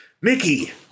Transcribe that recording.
Mickey